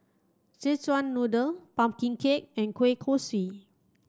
Szechuan noodle pumpkin cake and Kueh Kosui